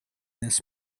this